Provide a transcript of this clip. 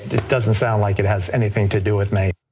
it doesn't sound like it has anything to do with me.